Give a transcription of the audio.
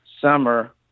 summer